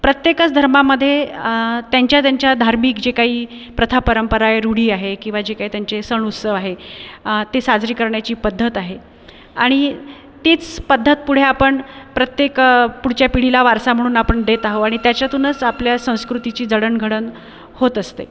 प्रत्येकच धर्मामध्ये त्यांच्या त्यांच्या धार्मिक जे काही प्रथा परंपरा रूढी आहे किंवा जे काही त्यांचे सण उत्सव आहे ते साजरे करण्याची पद्धत आहे आणि तीच पद्धत पुढे आपण प्रत्येक पुढच्या पिढीला वारसा म्हणून आपण देत आहोत आणि त्याच्या मधूनच आपल्या संस्कृतीची जडणघडण होत असते